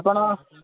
ଆପଣ